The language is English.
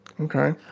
Okay